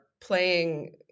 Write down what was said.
playing